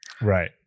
Right